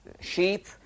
sheep